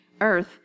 Earth